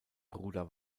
bruder